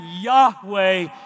Yahweh